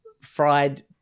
fried